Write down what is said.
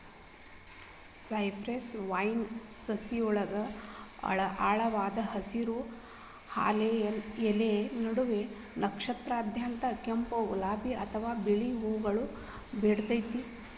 cypress vine ಸಸಿಯೊಳಗ ಆಳವಾದ ಹಸಿರು, ಹಾಲೆಗಳ ಎಲಿ ನಡುವ ನಕ್ಷತ್ರದಂತ ಕೆಂಪ್, ಗುಲಾಬಿ ಅತ್ವಾ ಬಿಳಿ ಹೂವುಗಳನ್ನ ಬಿಡ್ತೇತಿ